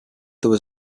there